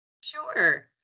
Sure